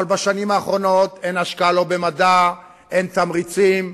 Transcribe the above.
אבל בשנים האחרונות אין השקעה במדע, אין תמריצים.